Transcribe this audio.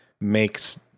makes